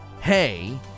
hey